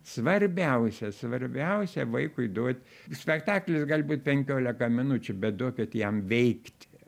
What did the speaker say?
svarbiausia svarbiausia vaikui duot spektaklis gali būt penkiolika minučių bet duokit jam veikti